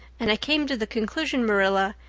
and i came to the conclusion, marilla,